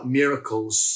miracles